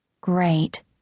Great